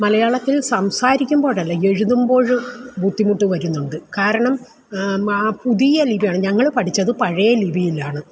മലയാളത്തിൽ സംസാരിക്കുമ്പോഴല്ല എഴുതുമ്പോഴ് ബുദ്ധിമുട്ട് വരുന്നുണ്ട് കാരണം ആ പുതിയ ലിപിയാണ് ഞങ്ങൾ പഠിച്ചത് പഴയ ലിപിയിലാണ്